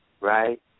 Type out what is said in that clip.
Right